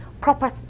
proper